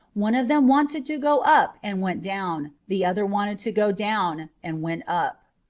one of them wanted to go up and went down the other wanted to go down and went up.